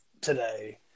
today